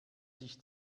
sich